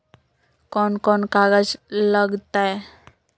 कौन कौन कागज लग तय?